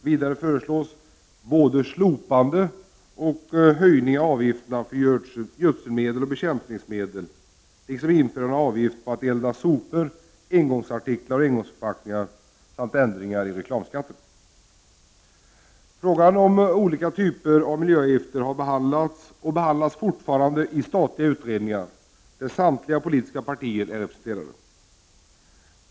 Vidare föreslås både slopande och höjning av avgifterna för gödselmedel och bekämpningsmedel liksom införande av avgift på att elda sopor, på engångsartiklar och på engångsförpackningar samt ändringar i reklamskatten. Frågan om olika typer av miljöavgifter har behandlats, och behandlas fortfarande, i statliga utredningar där samtliga politiska partier är representerade.